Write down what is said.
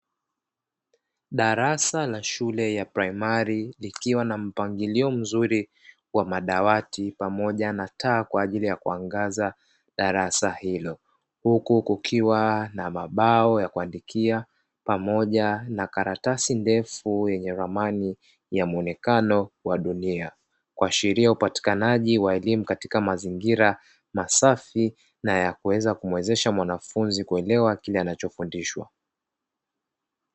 Darasa la shule ya primari likiwa na mpangilio mzuri wa madawati pamoja na taa kwa ajiri ya kuangaza darasa hilo, huku kukiwa na mabao ya kuandikia pamoja na karatasi ndefu yenye ramani ya muonekano wa dunia, kuashiria upatikanaji wa elimu katika mazingira masafi na ya kuweza kumwezesha mwanafunzi kuelewa kile anaho fundishwa.